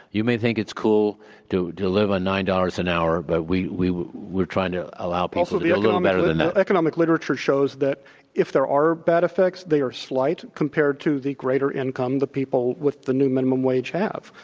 you may think it's cool to to live on nine dollars an hour, but we're we're trying to allow to be a little better than that. economic literature shows that if there are bad effects, they are slight compared to the greater income the people with the new minimum wage have.